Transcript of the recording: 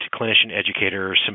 clinician-educator